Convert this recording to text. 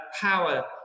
power